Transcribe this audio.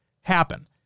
happen